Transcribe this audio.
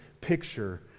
picture